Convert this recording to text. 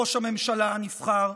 ראש הממשלה הנבחר,